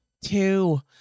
Two